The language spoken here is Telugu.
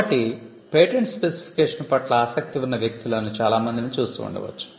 కాబట్టి పేటెంట్ స్పెసిఫికేషన్ పట్ల ఆసక్తి ఉన్న వ్యక్తులను చాలా మందిని చూసి ఉండవచ్చు